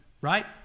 Right